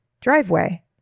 driveway